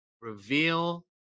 reveal